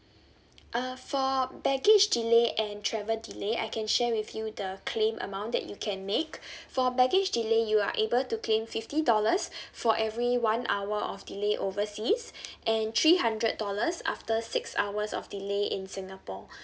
uh for baggage delay and travel delay I can share with you the claim amount that you can make for baggage delay you are able to claim fifty dollars for every one hour of delay overseas and three hundred dollars after six hours of delay in singapore